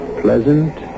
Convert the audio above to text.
pleasant